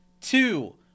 two